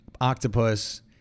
octopus